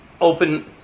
open